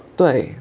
对